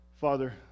Father